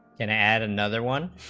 and add another one